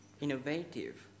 innovative